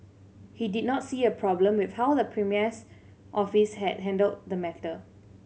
he did not see a problem with how the premier's office had handled the matter